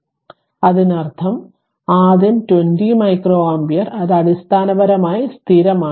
അതിനാൽ അതിനർത്ഥം ആദ്യം 20 മൈക്രോഅമ്പിയർ അത് അടിസ്ഥാനപരമായി സ്ഥിരമാണ്